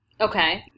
Okay